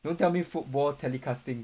don't tell me football telecasting